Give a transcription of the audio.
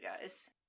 guys